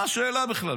מה השאלה בכלל?